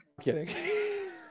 kidding